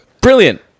Brilliant